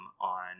on